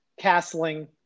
castling